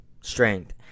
strength